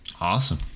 Awesome